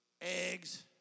eggs